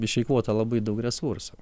išeikvota labai daug resursų